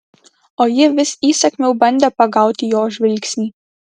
o ji vis įsakmiau bandė pagauti jo žvilgsnį